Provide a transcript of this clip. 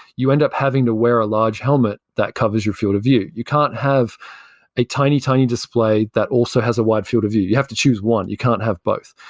you end up having to wear a large helmet that covers your field of view. you can't have a tiny, tiny display that also has a wide field of view. you have to choose one. you can't have both.